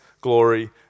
glory